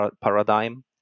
paradigm